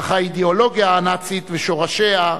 אך האידיאולוגיה הנאצית ושורשיה,